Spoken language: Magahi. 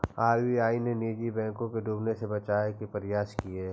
आर.बी.आई ने निजी बैंकों को डूबने से बचावे के प्रयास किए